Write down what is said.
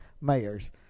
mayors